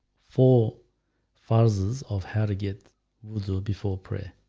four phases of how to get will do before prayer